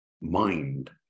mind